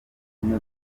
umwe